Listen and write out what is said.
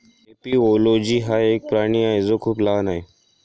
एपिओलोजी हा एक प्राणी आहे जो खूप लहान आहे